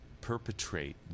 perpetrate